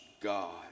God